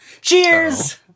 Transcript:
Cheers